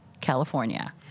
California